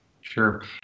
Sure